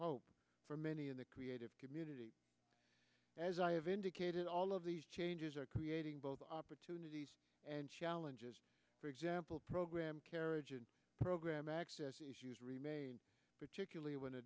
hope for many in the creative community as i have indicated all of these changes are creating both opportunities and challenges for example program karajan program access issues remain particularly when a